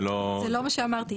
זה לא מה שאמרתי,